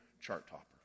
chart-topper